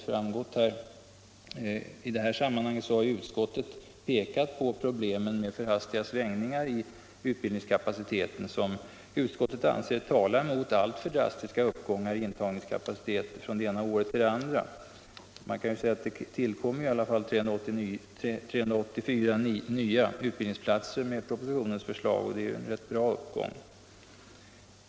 Utskottet har i detta sammanhang pekat på problemen med alltför hastiga svängningar i utbildningskapaciteten, vilka utskottet anser tala mot alltför drastiska ökningar av intagningskapaciteten från det ena året till det andra. Det tillkommer i alla fall 384 nya utbildningsplatser enligt propositionens förslag, och det är en rätt bra uppgång.